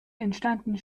entstanden